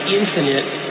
infinite